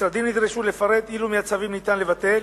המשרדים נדרשו לפרט אילו מהצווים ניתן לבטל